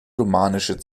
romanische